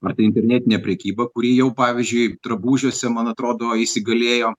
ar tai internetinė prekyba kuri jau pavyzdžiui drabužiuose man atrodo įsigalėjo